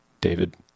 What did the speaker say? David